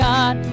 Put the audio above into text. God